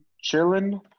chilling